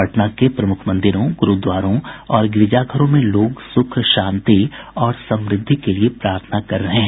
पटना के प्रमुख मंदिरों गुरूद्वारों और गिरजाघरों में लोग सुख शांति और समृद्धि के लिए प्रार्थना कर रहे हैं